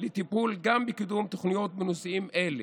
לטיפול גם בקידום תוכניות בנושאים אלה: